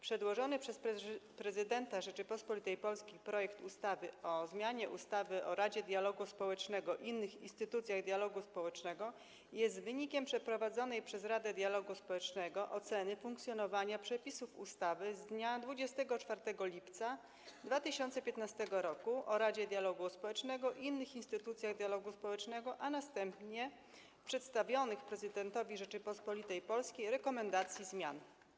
Przedłożony przez prezydenta Rzeczypospolitej Polskiej projekt ustawy o zmianie ustawy o Radzie Dialogu Społecznego i innych instytucjach dialogu społecznego jest wynikiem przeprowadzonej przez Radę Dialogu Społecznego oceny funkcjonowania przepisów ustawy z dnia 24 lipca 2015 r. o Radzie Dialogu Społecznego i innych instytucjach dialogu społecznego, a następnie przedstawionych prezydentowi Rzeczypospolitej Polskiej rekomendacji zmian.